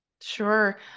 Sure